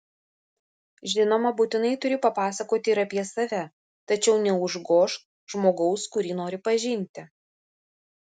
žinoma būtinai turi papasakoti ir apie save tačiau neužgožk žmogaus kurį nori pažinti